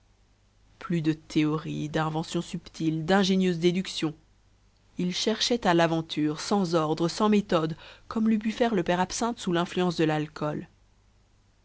plus de théories d'inventions subtiles d'ingénieuses déductions il cherchait à l'aventure sans ordre sans méthode comme l'eût pu faire le père absinthe sous l'influence de l'alcool